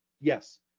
yes